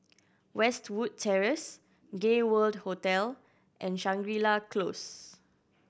Westwood Terrace Gay World Hotel and Shangri La Close